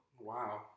Wow